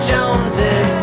Joneses